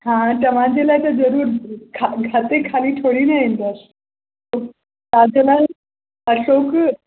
हा तव्हां जे लाइ त ज़रूरु हथे ख़ाली थोरी न ईंदसि तव्हांजे लाइ अशोक